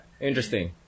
interesting